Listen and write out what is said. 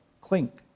clink